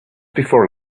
before